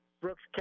Brooks